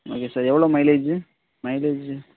okay sir எவ்வளவு mileage mileage